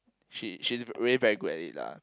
she she really very good at it lah